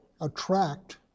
attract